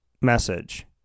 message